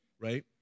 right